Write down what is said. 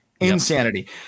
insanity